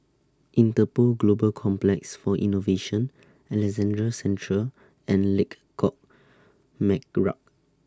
Interpol Global Complex For Innovation Alexandra Central and Lengkok Merak